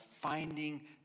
finding